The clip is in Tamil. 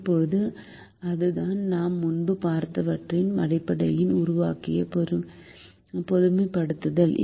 இப்போது அதுதான் நாம் முன்பு பார்த்தவற்றின் அடிப்படையில் உருவாக்கிய பொதுமைப்படுத்தல்